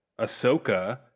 Ahsoka